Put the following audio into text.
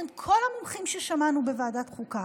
כל המומחים ששמענו בוועדת חוקה,